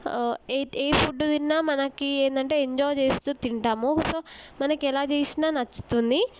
ఏ ఏ ఫుడ్ తిన్న మనకి ఏందంటే ఎంజాయ్ చేస్తూ తింటాము సో మనకి ఎలా చేసిన నచ్చుతుంది